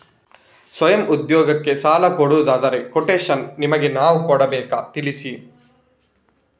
ಸ್ವಯಂ ಉದ್ಯೋಗಕ್ಕಾಗಿ ಸಾಲ ಕೊಡುವುದಾದರೆ ಕೊಟೇಶನ್ ನಿಮಗೆ ನಾವು ಕೊಡಬೇಕಾ ತಿಳಿಸಿ?